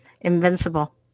Invincible